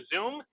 Zoom